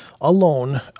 alone